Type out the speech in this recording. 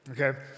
okay